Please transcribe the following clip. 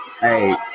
Hey